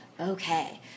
okay